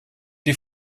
die